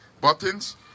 Buttons